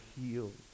healed